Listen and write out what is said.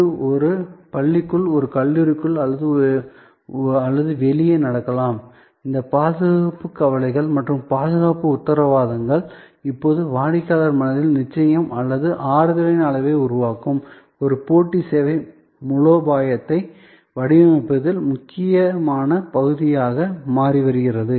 இது ஒரு பள்ளிக்குள் ஒரு கல்லூரிக்குள் அல்லது வெளியே நடக்கலாம் இந்த பாதுகாப்பு கவலைகள் மற்றும் பாதுகாப்பு உத்தரவாதங்கள் இப்போது வாடிக்கையாளர் மனதில் நிச்சயம் அல்லது ஆறுதலின் அளவை உருவாக்கும் ஒரு போட்டி சேவை மூலோபாயத்தை வடிவமைப்பதில் முக்கியமான பகுதியாக மாறி வருகிறது